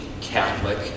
Catholic